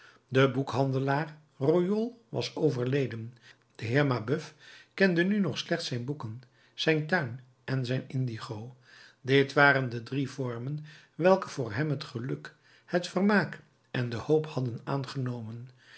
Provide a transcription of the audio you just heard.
de boekhandelaar royol was overleden de heer mabeuf kende nu nog slechts zijn boeken zijn tuin en zijn indigo dit waren de drie vormen welke voor hem het geluk het vermaak en de hoop hadden aangenomen